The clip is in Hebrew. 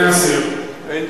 להסיר, אדוני?